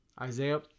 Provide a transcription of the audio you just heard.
Isaiah